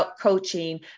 coaching